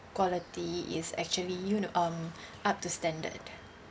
quality is actually you know um up to standard